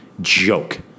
joke